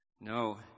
No